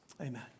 Amen